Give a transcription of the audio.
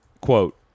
Quote